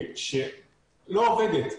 שלא עובדת.